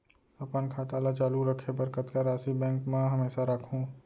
अपन खाता ल चालू रखे बर कतका राशि बैंक म हमेशा राखहूँ?